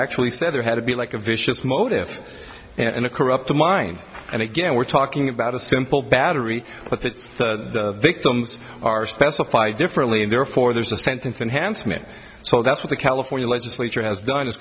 actually said there had to be like a vicious motive in a corrupt mind and again we're talking about a simple battery but that the victims are specified differently and therefore there's a sentence and hands from it so that's what the california legislature has done is